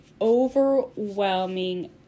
overwhelming